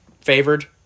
favored